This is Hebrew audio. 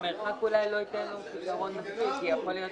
מרחק אולי לא ייתן לו פתרון, כי יכול להיות